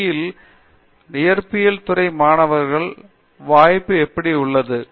D மெட்ராஸில் இயற்பியல் துறை மாணவர்கள் வாய்ப்பு எப்படி உள்ளது